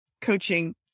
coaching